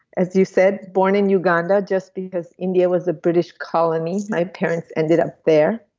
as you said, born in uganda just because india was a british colony my parents ended up there.